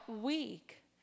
week